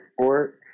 sport